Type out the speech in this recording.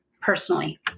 personally